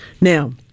Now